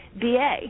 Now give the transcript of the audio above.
BA